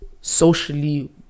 socially